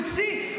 Which sea?